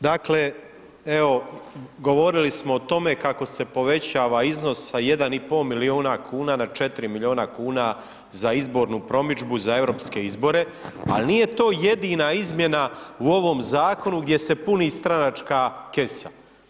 Dakle, evo, govorili smo o tome kako se povećava iznos sa 1,5 milijuna kuna na 4 milijuna kuna za izbornu promidžbu za europske izbore, al nije to jedina izmjena u ovom zakonu gdje se puni stranačka kesa.